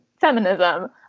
feminism